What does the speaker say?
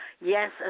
Yes